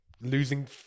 losing